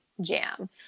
jam